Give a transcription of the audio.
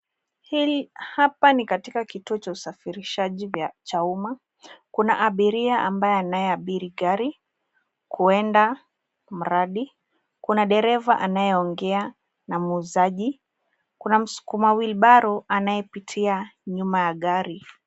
Hapa ni katika kituo cha usafirishaji cha umma. Kuna abiria ambaye anaye abiri gari kuenda mradi. Kuna dereva anayeongea na muuzaji. Kuna msukuma wheelbarrow anayepitia nyuma ya gari.